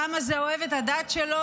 העם הזה אוהב את הדת שלו",